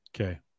okay